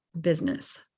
business